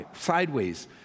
sideways